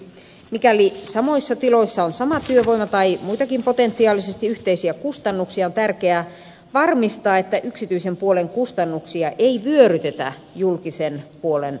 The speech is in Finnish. mikäli samoissa tiloissa on sama työvoima tai muitakin potentiaalisesti yhteisiä kustannuksia on tärkeää varmistaa että yksityisen puolen kustannuksia ei vyörytetä julkisen puolen kustannuksiin